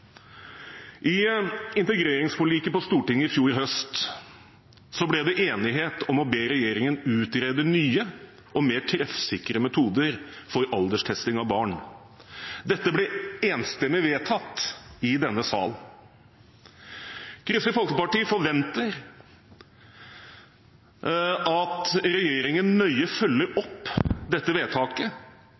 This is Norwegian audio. I integreringsforliket på Stortinget i fjor høst ble det enighet om å be regjeringen utrede nye og mer treffsikre metoder for alderstesting av barn. Dette ble enstemmig vedtatt i denne sal. Kristelig Folkeparti forventer at regjeringen nøye følger opp dette vedtaket,